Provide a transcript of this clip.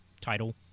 title